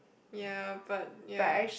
ya but